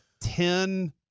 ten